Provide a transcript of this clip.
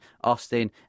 Austin